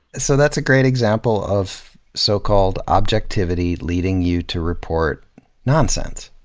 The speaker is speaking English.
so that's a great example of so-called objectivity leading you to report nonsense.